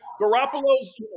Garoppolo's